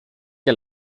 que